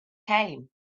came